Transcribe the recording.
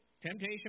temptation